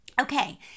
Okay